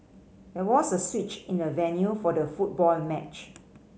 there was a switch in the venue for the football match